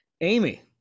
Amy